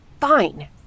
Fine